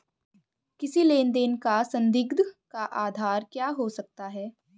किसी लेन देन का संदिग्ध का आधार क्या हो सकता है?